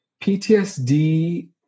PTSD